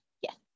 yes